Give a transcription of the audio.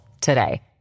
today